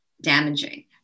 damaging